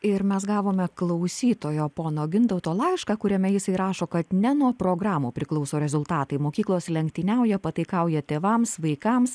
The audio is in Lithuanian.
ir mes gavome klausytojo pono gintauto laišką kuriame jisai rašo kad ne nuo programų priklauso rezultatai mokyklos lenktyniauja pataikauja tėvams vaikams